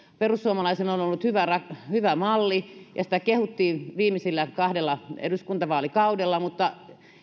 perussuomalaisilla on on ollut hyvä hyvä malli ja sitä kehuttiin viimeisillä kahdella eduskuntavaalikaudella mutta